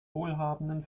wohlhabenden